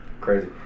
crazy